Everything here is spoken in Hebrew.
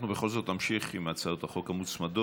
אנחנו בכל זאת נמשיך עם הצעות החוק המוצמדות.